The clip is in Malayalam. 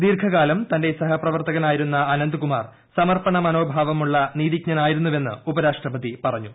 ദീർഘകാലം തന്റെ സഹപ്രവർത്തകനായിരുന്ന അനന്ത്കുമാർ സമർപ്പണ മനോഭാവമുള്ള നീതിജ്ഞനായിരുന്നുവെന്ന് ഉപരാഷ്ട്രപതി പറഞ്ഞു